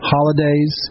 Holidays